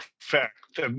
effect